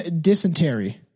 dysentery